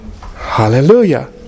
Hallelujah